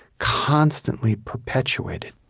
constantly perpetuated